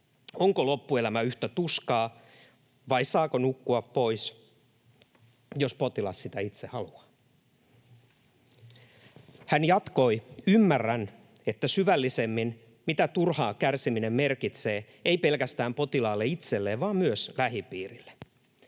Onko loppuelämä yhtä tuskaa, vai saako nukkua pois, jos potilas sitä itse haluaa?” Hän jatkoi: ”Ymmärrän syvällisemmin, mitä turhaan kärsiminen merkitsee, ei pelkästään potilaalle itselleen, vaan myös lähipiirille.”